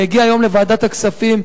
והגיעה היום לוועדת הכספים,